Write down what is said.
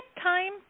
Time